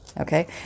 okay